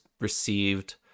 received